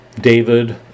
David